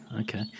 Okay